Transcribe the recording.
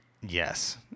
Yes